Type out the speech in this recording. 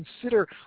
consider